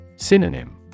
Synonym